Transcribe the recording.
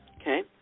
okay